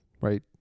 right